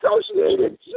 associated